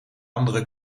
andere